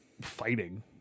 fighting